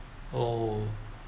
oh